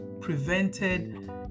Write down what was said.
prevented